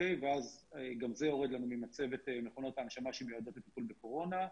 ואז גם זה יורד לנו ממצבת מכונות ההנשמה שמיועדות לטיפול בקורונה.